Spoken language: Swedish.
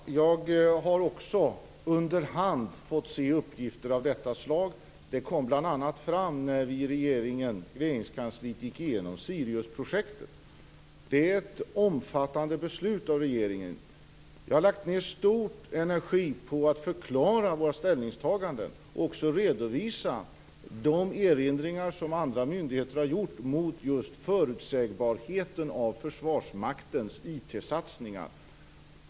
Herr talman! Jag har också under hand fått se uppgifter av detta slag. Det kom bl.a. fram när Regeringskansliet gick igenom Siriusprojektet. Det är ett omfattande beslut av regeringen. Jag har lagt ned stor energi på att förklara våra ställningstaganden och redovisa de erinringar som andra myndigheter har gjort mot just förutsägbarheten av Försvarsmaktens IT-satsningar.